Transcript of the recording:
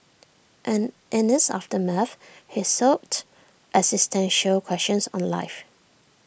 and in its aftermath he sought existential questions on life